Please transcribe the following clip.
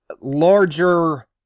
larger